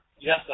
Yes